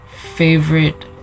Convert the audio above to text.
favorite